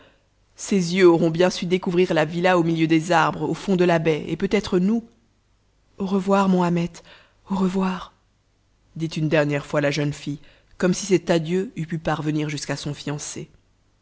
ses yeux auront bien su découvrir la villa au milieu des arbres au fond de la baie et peut-être nous au revoir mon ahmet au revoir dit une dernière fois la jeune fille comme si cet adieu eût pu parvenir jusqu'à son fiancé